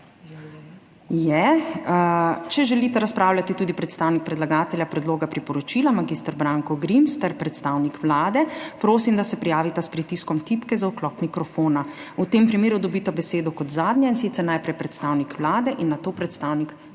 Ja. Če želita razpravljati tudi predstavnik predlagatelja predloga priporočila, mag. Branko Grims ter predstavnik Vlade, prosim, da se prijavita s pritiskom tipke za vklop mikrofona! V tem primeru dobita besedo kot zadnja, in sicer najprej predstavnik Vlade in nato predstavnik predlagatelja.